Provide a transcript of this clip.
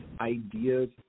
ideas